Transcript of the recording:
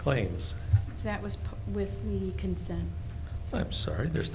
claims that was with consent and i'm sorry there's